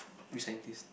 which scientist